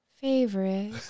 favorite